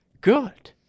good